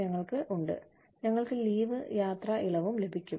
ഞങ്ങൾക്ക് ലീവ് യാത്രാ ഇളവും ലഭിക്കും